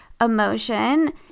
emotion